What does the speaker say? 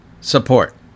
support